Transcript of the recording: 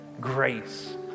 grace